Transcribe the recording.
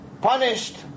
punished